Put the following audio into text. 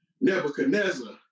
Nebuchadnezzar